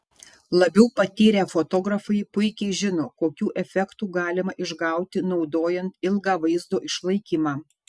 labiau patyrę fotografai puikiai žino kokių efektų galima išgauti naudojant ilgą vaizdo išlaikymą